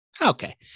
Okay